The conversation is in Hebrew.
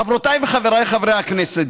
חברותיי וחבריי חברי הכנסת,